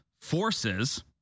forces